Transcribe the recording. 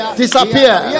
disappear